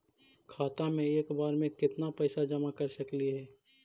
खाता मे एक बार मे केत्ना पैसा जमा कर सकली हे?